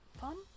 Fun